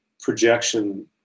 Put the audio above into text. projection